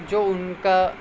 جو ان کا